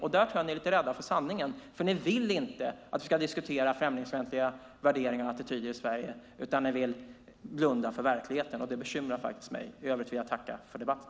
Där tror jag att ni är lite rädda för sanningen eftersom ni inte vill att vi ska diskutera främlingsfientliga värderingar och attityder i Sverige utan vill blunda för verkligheten. Det bekymrar faktiskt mig. I övrigt vill jag tacka för debatten.